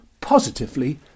positively